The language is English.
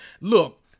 Look